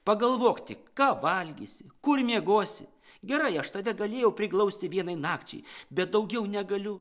pagalvok tik ką valgysi kur miegosi gerai aš tave galėjau priglausti vienai nakčiai bet daugiau negaliu